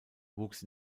wuchs